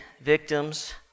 victims